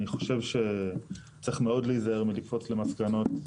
אני חושב שצריך מאוד להיזהר מלקפוץ למסקנות.